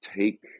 take